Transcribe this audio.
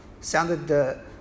sounded